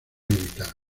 militar